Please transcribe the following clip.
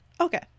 okay